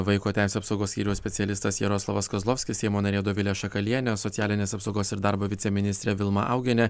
vaiko teisių apsaugos skyriaus specialistas jaroslavas kozlovskis seimo narė dovilė šakalienė socialinės apsaugos ir darbo viceministrė vilma augienė